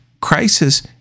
crisis